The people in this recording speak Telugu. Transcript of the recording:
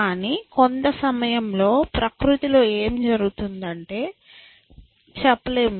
కానీ కొంత సమయంలో ప్రకృతిలో ఏమి జరుగుతుందో చెప్పలేము